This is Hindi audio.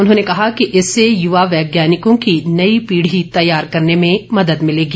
उन्होंने कहा कि इससे युवा वैज्ञानिकों की नई पीढी तैयार करने में मदद मिलेगी